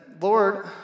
Lord